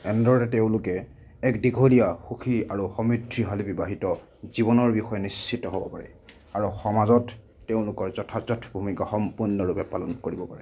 এনেদৰে তেওঁলোকে এক দীঘলীয়া সুখী আৰু সমৃদ্ধিশালী বিবাহিত জীৱনৰ বিষয়ে নিশ্চিত হ'ব পাৰে আৰু সমাজত তেওঁলোকৰ যথাযথ ভূমিকা সম্পূৰ্ণৰূপে পালন কৰিব পাৰে